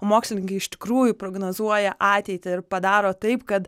mokslininkai iš tikrųjų prognozuoja ateitį ir padaro taip kad